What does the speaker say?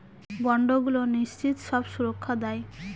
বন্ডগুলো নিশ্চিত সব সুরক্ষা দেয়